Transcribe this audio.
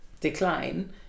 decline